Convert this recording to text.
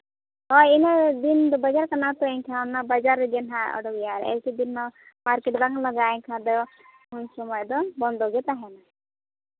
ᱦᱳᱭ ᱤᱱᱟᱹ ᱫᱤᱱ ᱫᱚ ᱵᱟᱡᱟᱨ ᱠᱟᱱᱟ ᱛᱚ ᱮᱱᱠᱷᱟᱱ ᱚᱱᱟ ᱵᱟᱡᱟᱨ ᱨᱮᱜᱮ ᱦᱟᱸᱜ ᱳᱰᱳᱠ ᱦᱩᱭᱩᱜᱼᱟ ᱮᱭᱥᱮ ᱫᱤᱱ ᱢᱟ ᱢᱟᱨᱠᱮᱹᱴ ᱵᱟᱝ ᱞᱟᱜᱟᱜᱼᱟ ᱮᱸᱰᱮᱠᱷᱟᱱ ᱫᱚ ᱩᱱ ᱥᱚᱢᱚᱭ ᱫᱚ ᱵᱚᱱᱫᱚ ᱜᱮ ᱛᱟᱦᱮᱱᱟ